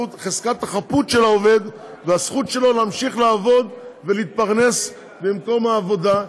חזקת החפות של העובד והזכות שלו להמשיך לעבוד ולהתפרנס במקום העבודה,